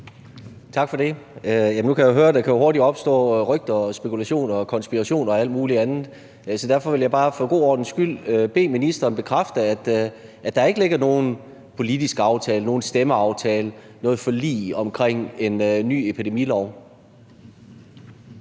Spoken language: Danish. Tak for det. Nu kan jeg jo høre, at der hurtigt kan opstå rygter, spekulationer, tanker om konspirationer og alt muligt andet, så derfor vil jeg bare for en god ordens skyld bede ministeren bekræfte, at der ikke ligger nogen politisk aftale, nogen stemmeaftale eller noget forlig omkring en ny epidemilov.